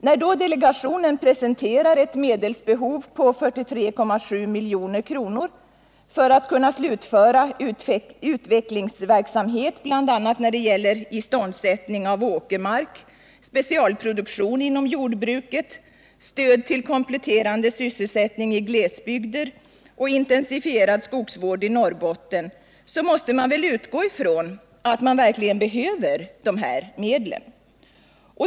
När då delegationen presenterar ett medelsbehov på 43,7 milj.kr. för att kunna slutföra utvecklingsverksamhet bl.a. när det gäller iståndsättning av åkermark, specialproduktion inom jordbruket, stöd till kompletterande Nr 49 sysselsättning i glesbygder och intensifierad skogsvård i Norrbotten, så måste man väl utgå ifrån att den verkligen behöver dessa medel.